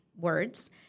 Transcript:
words